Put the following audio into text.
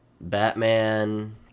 batman